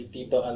Tito